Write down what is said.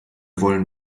wollen